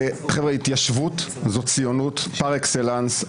חבר'ה, התיישבות זו ציונות פר אקסלנס.